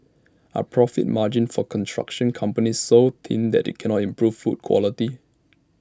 are profit margins for construction companies so thin that they cannot improve food quality